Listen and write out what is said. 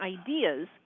ideas